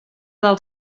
del